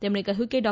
તેમણે કહ્યું કે ડો